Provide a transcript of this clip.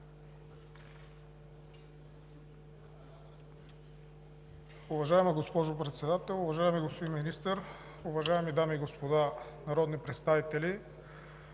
Уважаема госпожо Председател, уважаеми господин Министър, уважаеми дами и господа народни представители!